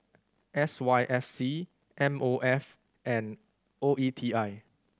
S Y F C M O F and O E T I